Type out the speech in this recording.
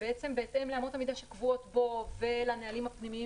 בהתאם לאמות המידה שקבועות בו ולנהלים הפנימיים